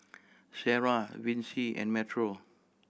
Sarrah Vicy and Metro